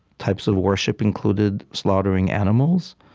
types of worship included slaughtering animals,